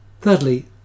Thirdly